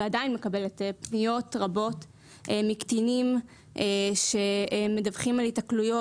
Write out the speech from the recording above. ועדיין מקבלת פניות רבות מקטינים שמדווחים על היתקלויות